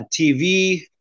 TV